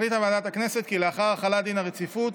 החליטה ועדת הכנסת כי לאחר החלת דין הרציפות